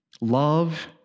Love